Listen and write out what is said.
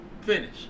finish